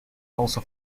also